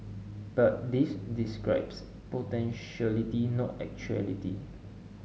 but this describes potentiality not actuality